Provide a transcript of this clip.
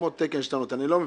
כמו תקן שאתה נותן אני לא מבין.